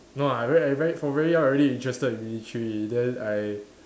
no I very I very from very young already interested in military then I